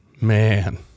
Man